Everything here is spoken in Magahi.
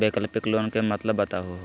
वैकल्पिक लोन के मतलब बताहु हो?